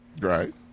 Right